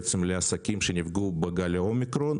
לעסקים שנפגעו בגל האומיקרון